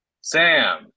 Sam